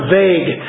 vague